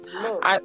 Look